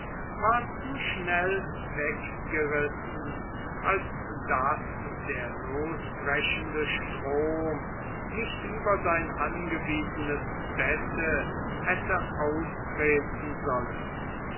war zu schnell weggerissen als daß der losbrechende strom nicht über sein angewiesenes bette hätte austreten sollen